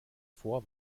vor